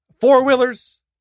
four-wheelers